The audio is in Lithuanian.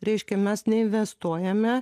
reiškia mes neinvestuojame